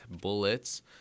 bullets